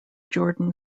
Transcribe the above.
jordan